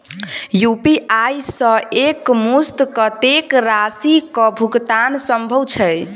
UPI सऽ एक मुस्त कत्तेक राशि कऽ भुगतान सम्भव छई?